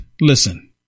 Listen